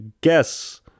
guess